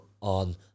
on